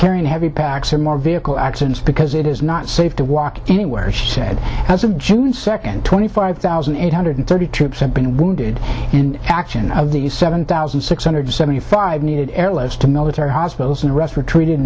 carrying heavy packs or more vehicle accidents because it is not safe to walk anywhere she said as of june second twenty five thousand eight hundred thirty troops have been wounded in action of the u seven thousand six hundred seventy five needed airlift to military hospitals and the rest were treated